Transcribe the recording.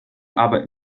aber